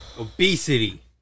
obesity